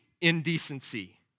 indecency